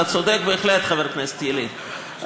אתה צודק בהחלט, חבר הכנסת ילין.